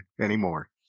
anymore